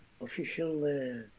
official